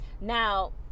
Now